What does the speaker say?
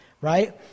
right